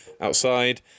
outside